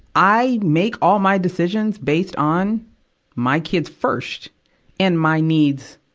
i make all my decisions based on my kids first and my needs,